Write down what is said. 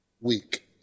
week